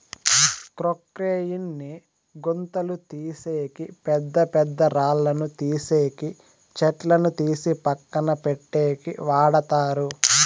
క్రొక్లేయిన్ ని గుంతలు తీసేకి, పెద్ద పెద్ద రాళ్ళను తీసేకి, చెట్లను తీసి పక్కన పెట్టేకి వాడతారు